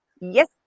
Yes